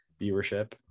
viewership